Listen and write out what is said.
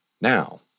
Now